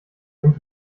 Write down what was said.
sind